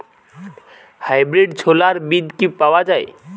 Hybrid ছোলার বীজ কি পাওয়া য়ায়?